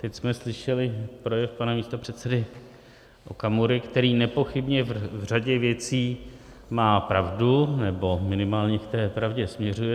Teď jsme slyšeli projev pana místopředsedy Okamury, který nepochybně v řadě věcí má pravdu, nebo minimálně k té pravdě směřuje.